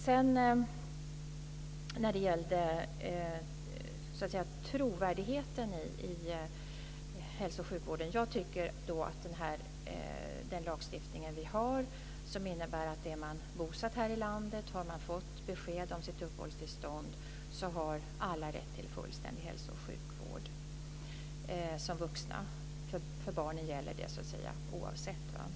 Sedan gäller det trovärdigheten i hälso och sjukvården. Den lagstiftning vi har innebär att är man bosatt här i landet, har man fått besked om sitt uppehållstillstånd, har man rätt till fullständig hälso och sjukvård som vuxen. För barnen gäller detta oavsett omständigheterna.